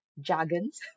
jargons